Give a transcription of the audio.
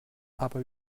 aber